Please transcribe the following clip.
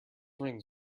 rings